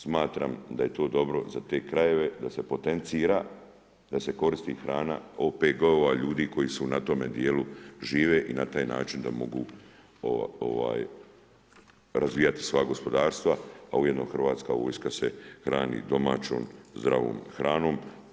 Smatram da je to dobro za te krajeve za te potencira, da se koristi hrana OPG-ova, ljudi koji su na tome djelu, žive, i na taj način da mogu razvijati svoja gospodarstva a ujedno hrvatska vojska se hrani domaćom zdravom hranom.